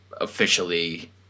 officially